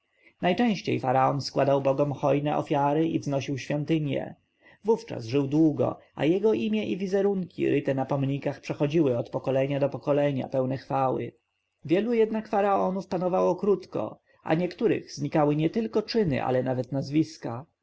faraon składał bogom hojne ofiary i wznosił świątynie wówczas żył długo a jego imię i wizerunki ryte na pomnikach przechodziły od pokolenia do pokolenia pełne chwały wielu jednak faraonów panowało krótko a niektórych znikały nietylko czyny ale nawet nazwiska